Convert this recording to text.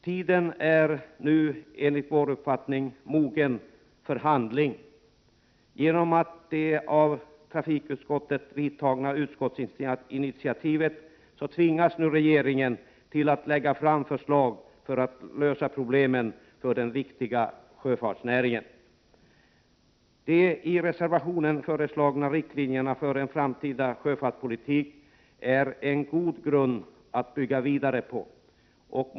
Tiden är nu mogen för handling. Genom det av trafikutskottet vidtagna utskottsinitiativet tvingas nu regeringen att lägga fram förslag för att lösa problemen för den viktiga sjöfartsnäringen. De i reservationen föreslagna riktlinjerna för en framtida sjöfartspolitik är en god grund att bygga vidare på. Herr talman!